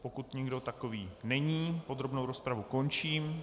Pokud nikdo takový není, podrobnou rozpravu končím.